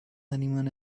honeymoon